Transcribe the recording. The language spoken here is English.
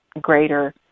greater